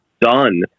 done